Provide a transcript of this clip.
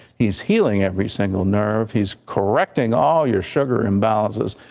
he is healing every single nerve, he is correcting all your sugar imbalances,